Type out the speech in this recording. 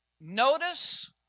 Notice